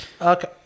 okay